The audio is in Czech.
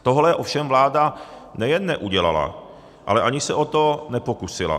Tohle ovšem vláda nejen neudělala, ale ani se o to nepokusila.